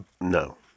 no